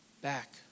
back